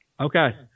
Okay